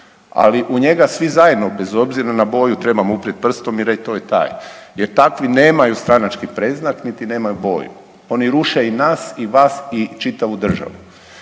ali u njega svi zajedno bez obzira na boju trebamo uprijeti prstom i reći to je taj. Jer takvi nemaju stranački predznak niti nemaju boju. Oni ruše i nas i vas i čitavu državu.